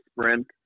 sprint